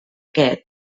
aquest